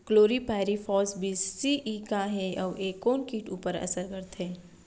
Chlorpyrifos बीस CE का हे अऊ ए कोन किट ऊपर असर करथे?